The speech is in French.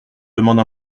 demande